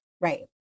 Right